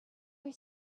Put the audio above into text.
were